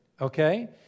okay